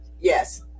Yes